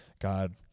god